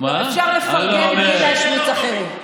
אפשר לפרגן בלי להשמיץ אחרים,